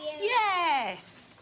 Yes